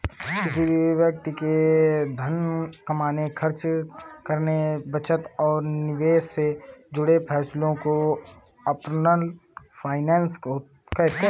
किसी भी व्यक्ति के धन कमाने, खर्च करने, बचत और निवेश से जुड़े फैसलों को पर्सनल फाइनैन्स कहते हैं